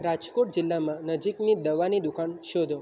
રાજકોટ જિલ્લામાં નજીકની દવાની દુકાન શોધો